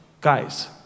Guys